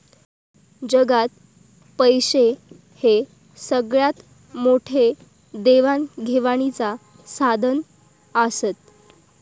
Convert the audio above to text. जगात पैशे हे सगळ्यात मोठे देवाण घेवाणीचा साधन आसत